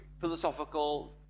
philosophical